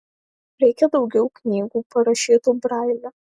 reikia daugiau knygų parašytų brailiu